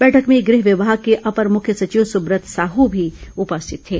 बैठक में गृह विभाग के अपर मुख्य सचिव सुब्रत साहू भी उपस्थित थे